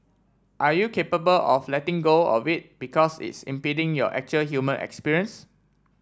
are you capable of letting go of it because it's impeding your actual human experience